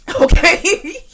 Okay